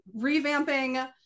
revamping